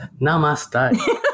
Namaste